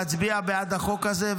להצביע בעד החוק הזה,